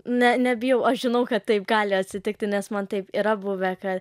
ne nebijau aš žinau kad taip gali atsitikti nes man taip yra buvę ka